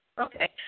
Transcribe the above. Okay